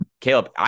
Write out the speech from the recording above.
Caleb